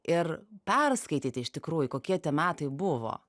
ir perskaityti iš tikrųjų kokie tie metai buvo